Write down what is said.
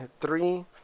three